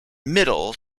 middle